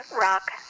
Rock